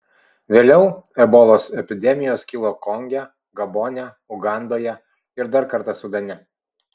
vėliau ebolos epidemijos kilo konge gabone ugandoje ir dar kartą sudane